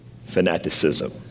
fanaticism